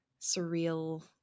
surreal